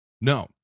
No